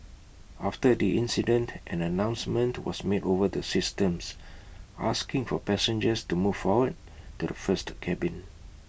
after the incident an announcement was made over the systems asking for passengers to move forward to the first cabin